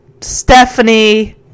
Stephanie